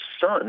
son